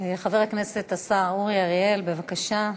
חבר הכנסת השר אורי אריאל, בבקשה.